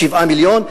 7 מיליון,